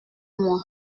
moi